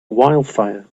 wildfire